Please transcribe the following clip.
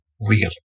real